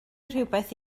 rhywbeth